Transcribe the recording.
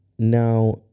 Now